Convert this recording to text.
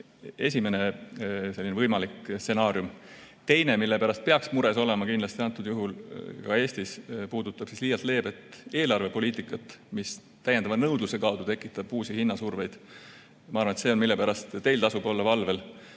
esimene võimalik stsenaarium. Teine, mille pärast peaks mures olema kindlasti ka Eestis, puudutab liialt leebet eelarvepoliitikat, mis täiendava nõudluse kaudu tekitab uusi hinnasurveid. Ma arvan, et see on oht, mille pärast teil tasub valvel